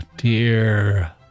Dear